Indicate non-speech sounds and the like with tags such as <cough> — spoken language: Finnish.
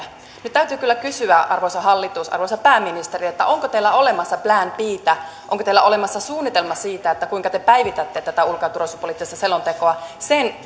nyt täytyy kyllä kysyä arvoisa hallitus arvoisa pääministeri onko teillä olemassa plan btä onko teillä olemassa suunnitelma siitä kuinka te päivitätte tätä ulko ja turvallisuuspoliittista selontekoa sen <unintelligible>